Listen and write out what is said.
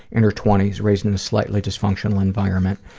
in her twenty s, raised in a slightly dysfunctional environment.